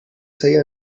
say